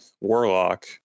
warlock